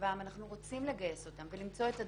כצבא העם אנחנו רוצים לגייס אותם ולמצוא את הדרך.